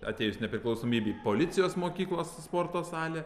atėjus nepriklausomybei policijos mokykla su sporto sale